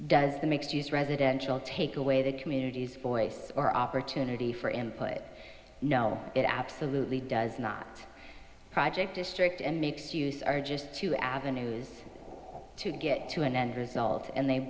does the mixed use residential take away the communities voice or opportunity for him put no it absolutely does not project district and makes use are just two avenues to get to an end result and they